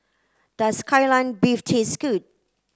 does Kai Lan beef taste good